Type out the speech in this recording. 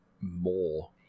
more